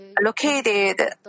located